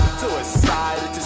suicide